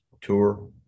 tour